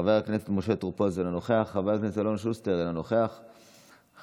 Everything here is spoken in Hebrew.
חברת הכנסת שרון ניר, אינה נוכחת,